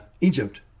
Egypt